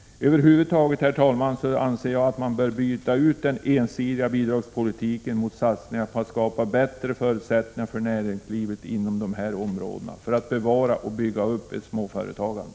Herr talman! Över huvud taget anser jag att man bör byta ut den ensidiga bidragspolitiken mot satsningar på att skapa bättre förutsättningar för näringslivet inom dessa områden, för att bevara och bygga upp småföretagandet.